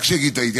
רק שיגיד: טעיתי.